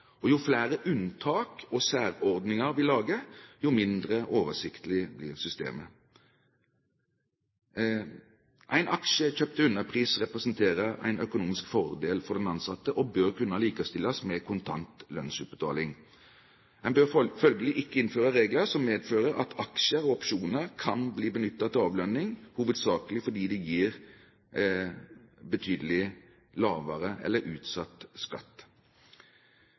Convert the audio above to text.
konjunkturene. Jo flere unntak og særordninger vi lager, jo mindre oversiktlig blir systemet. En aksje kjøpt til underpris representerer en økonomisk fordel for den ansatte, og bør kunne likestilles med kontant lønnsutbetaling. En bør følgelig ikke innføre regler som medfører at aksjer og opsjoner kan bli benyttet til avlønning hovedsakelig fordi de gir betydelig lavere eller utsatt skatt.